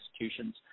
institutions